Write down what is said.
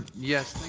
yes,